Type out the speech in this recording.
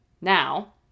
Now